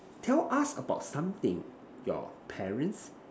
tell us about something your parents